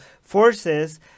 forces